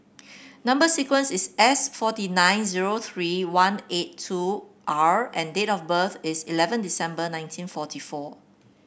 number sequence is S forty nine zero three one eight two R and date of birth is eleven December nineteen forty four